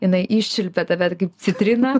jinai iščiulpia tave kaip citriną